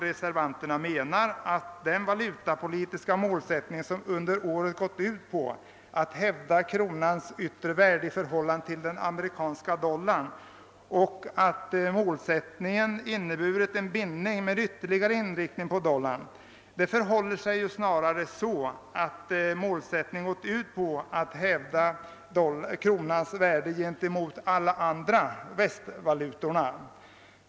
Reservanterna anser att den valutapolitiska målsättningen under året gått ut på att hävda kronans yttre värde i förhållande till den amerikanska dollarn och att den målsättningen inneburit en bindning med ytterligare inriktning på dollarn. Det förhåller sig ju snarare så, att målsättningen gått ut på att hävda kronans värde gentemot alla västvalutor.